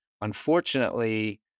Unfortunately